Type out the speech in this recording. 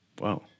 wow